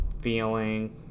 feeling